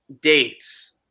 dates